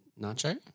nacho